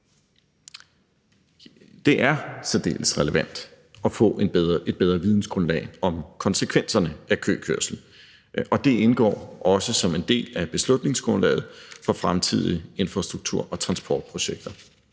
Det er særdeles relevant at få et bedre vidensgrundlag om konsekvenserne af køkørsel, og det indgår også som en del af beslutningsgrundlaget for fremtidige infrastruktur- og transportprojekter.